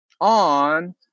On